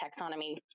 taxonomy